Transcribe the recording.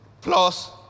plus